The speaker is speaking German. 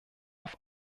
auf